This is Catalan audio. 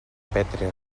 petrer